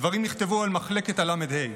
הדברים נכתבו על מחלקת הל"ה.